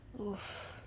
Oof